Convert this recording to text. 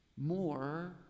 more